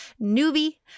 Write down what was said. newbie